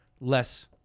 less